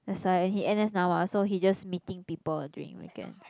that's why he N_S now mah so he just meeting people during weekends